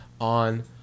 on